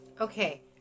Okay